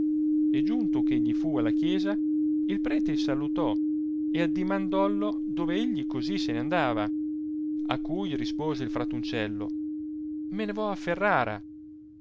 e giunto ch'egli fu alla chiesa il prete il salutò e addimandouo dove egli cosi solo se n'andava a cui rispose il fratuncello me ne vo a ferrara